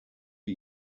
for